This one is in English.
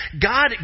God